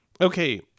okay